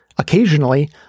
Occasionally